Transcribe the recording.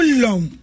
long